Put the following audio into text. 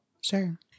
Sure